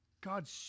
God